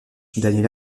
daniela